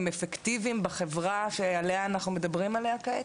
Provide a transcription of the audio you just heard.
אפקטיביים בחברה שעליה אנחנו מדברים כעת?